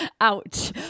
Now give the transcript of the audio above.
Ouch